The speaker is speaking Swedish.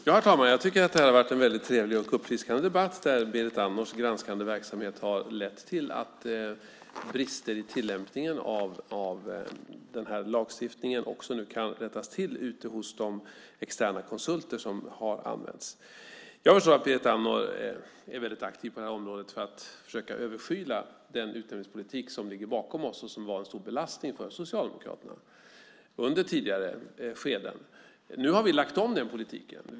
Herr talman! Jag tycker att det här har varit en väldigt trevlig och uppfriskande debatt, där Berit Andnors granskande verksamhet har lett till att brister i tillämpningen av lagstiftningen kan rättas till hos de externa konsulter som har använts. Jag förstår att Berit Andnor är aktiv på det här området för att försöka överskyla den utnämningspolitik som ligger bakom oss och som var en stor belastning för Socialdemokraterna under tidigare skeden. Nu har vi lagt om den politiken.